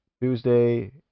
Tuesday